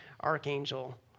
archangel